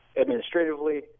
Administratively